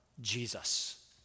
Jesus